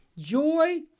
joy